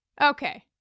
Okay